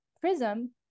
Prism